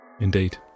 Indeed